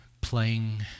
playing